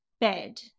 bed